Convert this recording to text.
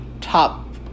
top